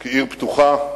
כעיר פתוחה,